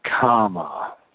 comma